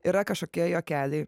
yra kažkokie juokeliai